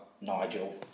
Nigel